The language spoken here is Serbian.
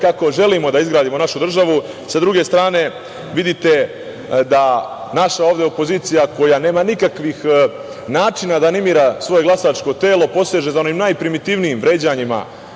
kako želimo da izgradimo našu državu, sa druge strane vidite da naša ovde opozicija, koja nema nikakvih načina da animira svoje glasačko telo, poseže za onim najprimitvnijim vređanjima,